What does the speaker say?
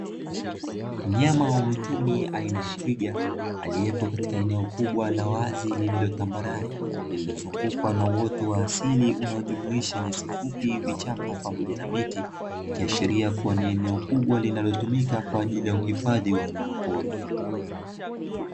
Mnyama wa mwituni aina ya twiga, aliyepo katika eneo kubwa la wazi lililo tambarare, lililozungukwa na uoto wa asili unaojumuisha nyasi fupi, vichaka pamoja na miti; ikiashiria kuwa ni eneo kubwa linalotumika kwa ajili ya uhifadhi wa wanyamapori.